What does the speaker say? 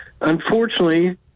unfortunately